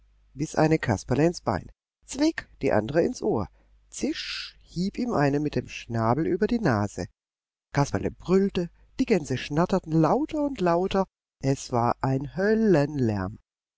biß eine kasperle ins bein zwick die andere ins ohr zisch hieb eine ihm mit dem schnabel über die nase kasperle brüllte die gänse schnatterten lauter und lauter es war ein höllenlärm